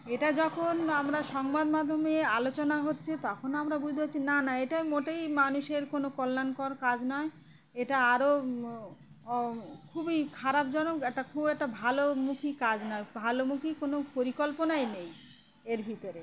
এটা যখন আমরা সংবাদ মাধ্যমে আলোচনা হচ্ছে তখন আমরা বুঝতে পারছি না না এটা মোটেই মানুষের কোনো কল্যাণকর কাজ নয় এটা আরও ও খুবই খারাপজনক একটা খুব একটা ভালোমুখী কাজ নয় ভালোমুখী কোনো পরিকল্পনাই নেই এর ভিতরে